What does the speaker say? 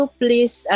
please